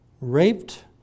raped